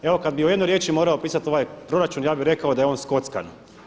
Evo kad bih u jednoj riječi morao opisati ovaj proračun ja bih rekao da je on skockan.